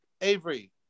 Avery